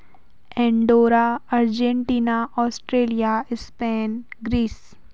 Andorra Argentina Australia Spain Greece